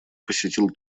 посетил